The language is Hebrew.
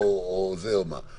הוא מדבר איתך על אירועים המוניים,